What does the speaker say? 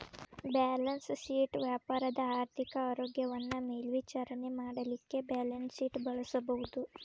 balance sheet ವ್ಯಾಪಾರದ ಆರ್ಥಿಕ ಆರೋಗ್ಯವನ್ನ ಮೇಲ್ವಿಚಾರಣೆ ಮಾಡಲಿಕ್ಕೆ ಬ್ಯಾಲನ್ಸ್ಶೇಟ್ ಬಳಸಬಹುದು